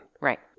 Right